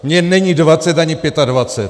Mně není dvacet ani pětadvacet.